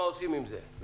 מה עושים עם זה?